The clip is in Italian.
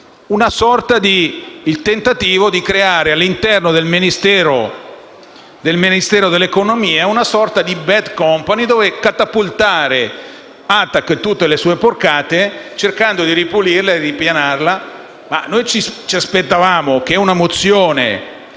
tentando di creare all'interno del Ministero dell'economia e delle finanze una *bad company* dove catapultare ATAC e tutte le sue porcate, cercando di ripulirla e ripianarla. Ci aspettavamo che una mozione